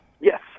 Yes